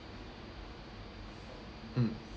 mm